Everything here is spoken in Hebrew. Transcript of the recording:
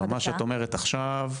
מה שאת אומרת עכשיו,